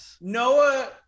Noah